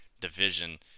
division